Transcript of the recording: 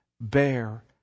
bear